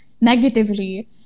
negatively